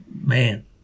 man